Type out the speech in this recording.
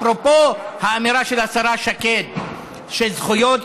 אפרופו האמירה של השרה שקד שזכויות